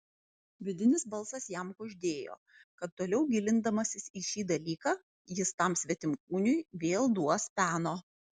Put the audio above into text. vidinis balsas jam kuždėjo kad toliau gilindamasis į šį dalyką jis tam svetimkūniui vėl duos peno